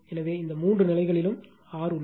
எனவே இந்த மூன்று நிலைகளிலும் R உள்ளது